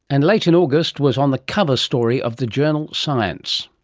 and late in august was on the cover story of the journal science.